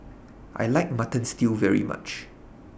I like Mutton Stew very much